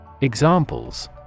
Examples